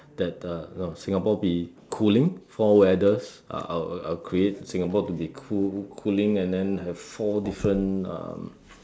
that uh know Singapore be cooling four weathers ah I'll I'll create Singapore to be cool cooling and then have four different um